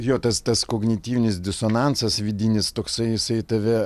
jo tas tas kognityvinis disonansas vidinis toksai jisai tave